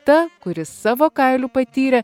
ta kuri savo kailiu patyrė